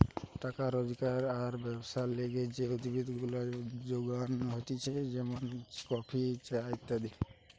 টাকা রোজগার আর ব্যবসার লিগে যে উদ্ভিদ গুলা যোগান হতিছে যেমন কফি, চা ইত্যাদি